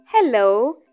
Hello